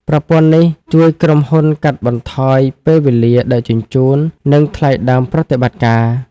ប្រព័ន្ធនេះជួយក្រុមហ៊ុនកាត់បន្ថយពេលវេលាដឹកជញ្ជូន និងថ្លៃដើមប្រតិបត្តិការ។